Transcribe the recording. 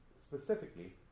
specifically